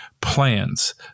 plans